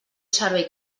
servei